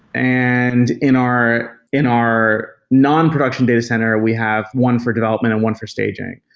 and in our in our nonproduction data center, we have one for development and one for staging.